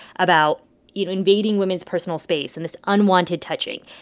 about you know invading women's personal space and this unwanted touching.